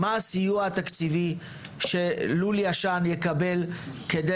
מה הסיוע התקציבי שלול ישן יקבל כדי